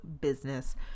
business